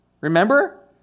remember